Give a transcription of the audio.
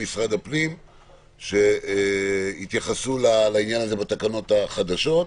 משרד הפנים שיתייחסו לזה בתקנות החדשות.